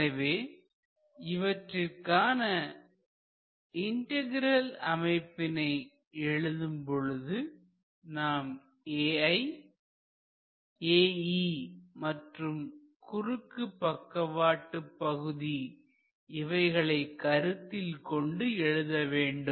எனவே இவற்றிற்கான இன்டகிரல் அமைப்பினை எழுதும் பொழுது நாம் Ai Ae மற்றும் குறுக்கு பக்கவாட்டு பகுதி இவைகளை கருத்தில் கொண்டு எழுத வேண்டும்